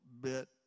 bit